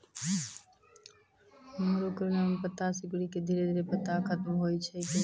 मरो करैली म पत्ता सिकुड़ी के धीरे धीरे पत्ता खत्म होय छै कैनै?